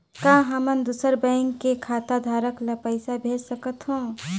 का हमन दूसर बैंक के खाताधरक ल पइसा भेज सकथ हों?